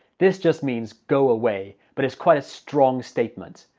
this just means go away but it's quite a strong statement.